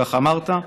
כך אמרת,